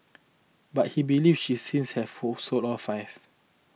but he believes she since have fall sold all five